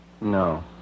No